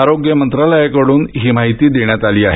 आरोग्य मंत्रालयाकडून ही माहिती देण्यात आली आहे